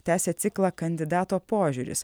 tęsia ciklą kandidato požiūris